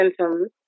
symptoms